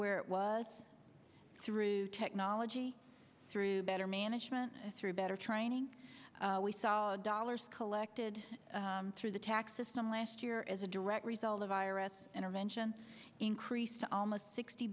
where it was through technology through better management through better training we saw dollars collected through the tax system last year as a direct result of iraq intervention increased almost sixty